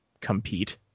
compete